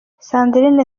sandrine